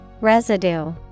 Residue